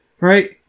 Right